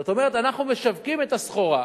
זאת אומרת, אנחנו משווקים את הסחורה,